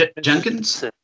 Jenkins